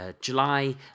July